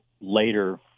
later